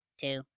two